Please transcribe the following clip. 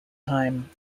time